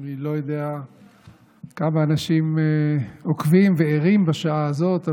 אני לא יודע כמה אנשים עוקבים וערים בשעה הזאת,